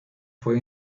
fue